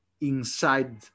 inside